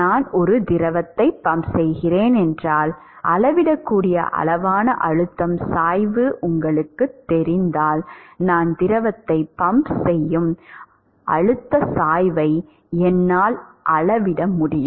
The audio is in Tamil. நான் ஒரு திரவத்தை பம்ப் செய்கிறேன் என்றால் அளவிடக்கூடிய அளவான அழுத்தம் சாய்வு உங்களுக்குத் தெரிந்தால் நான் திரவத்தை பம்ப் செய்யும் அழுத்த சாய்வை என்னால் அளவிட முடியும்